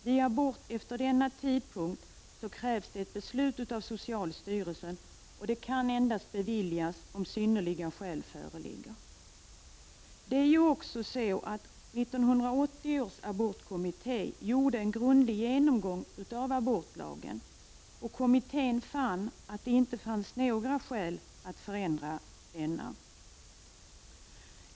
Vid abort efter denna tidpunkt krävs beslut av socialstyrelsen, och abort kan då endast beviljas om synnerliga skäl föreligger. 1980 års abortkommitté gjorde en grundlig genomgång av abortlagen och fann att det inte förelåg några skäl att förändra densamma.